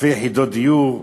אלפי יחידות דיור,